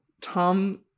Tom